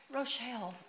Rochelle